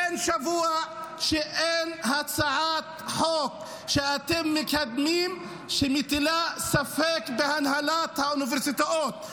אין שבוע שאין הצעת החוק שאתם מקדמים שמטילה ספק בהנהלת האוניברסיטאות.